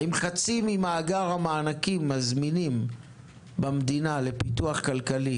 האם חצי ממאגר המענקים הזמינים במדינה לפיתוח כלכלי,